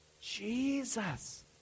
Jesus